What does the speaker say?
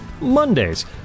Mondays